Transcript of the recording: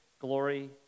Glory